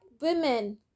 women